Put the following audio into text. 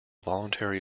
voluntary